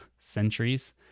centuries